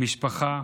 משפחה.